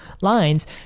lines